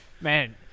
Man